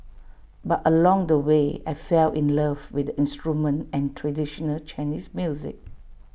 but along the way I fell in love with the instrument and traditional Chinese music